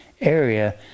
area